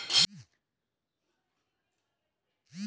एक बैंक के debit card सब्बे बैंक के ए.टी.एम मे चल जाला